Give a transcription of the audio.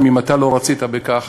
גם אם אתה לא רצית בכך,